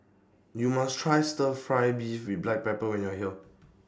YOU must Try Stir Fry Beef with Black Pepper when YOU Are here